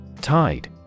TIDE